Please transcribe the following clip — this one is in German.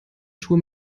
schuhe